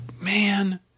man